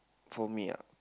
for me ah